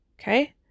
Okay